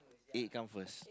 egg come first